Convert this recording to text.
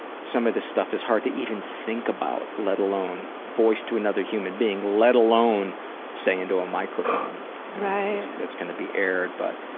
some of this stuff is hard to even think about, let alone voice to another human being. let alone say into a microphone that's going to be aired. but